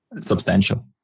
substantial